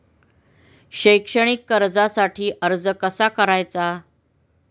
शैक्षणिक कर्जासाठी अर्ज कसा करायचा?